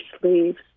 sleeves